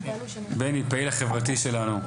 בני דברים היוצאים מן הלב, בני הפעיל החברתי שלנו.